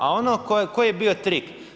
A ono koji je bio trik?